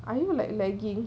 are you like lagging